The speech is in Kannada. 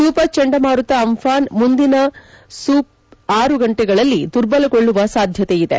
ಸೂಪರ್ ಚಂಡಮಾರುತ ಆಂಫಾನ್ ಮುಂದಿನ ಆರು ಗಂಟೆಗಳಲ್ಲಿ ದುರ್ಬಲಗೊಳ್ಳುವ ಸಾಧ್ಯತೆಯಿದೆ